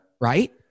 Right